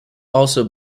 also